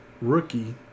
rookie